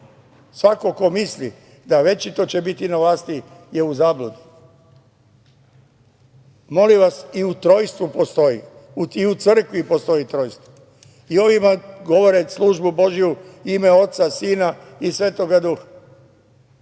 Svako ko misli da će večito biti na vlasti je u zabludi. Molim vas, i u trojstvu postoji, i u crkvi postoji trojstvo i oni vam govore službu Božiju – u ime Oca, Sina i Svetog duha.